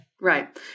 right